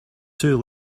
two